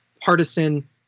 partisan